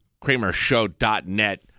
kramershow.net